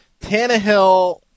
Tannehill